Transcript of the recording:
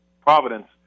Providence